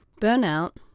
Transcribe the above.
Burnout